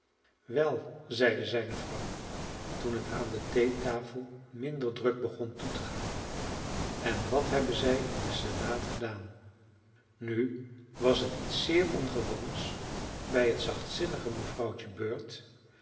wel zeide zijne vrouw toen het aan de theetafel minder druk begon toe te gaan en wat hebben zij in den senaat gedaan nu was het iets zeer ongewoons bij het zachtzinnige mevrouwtje bird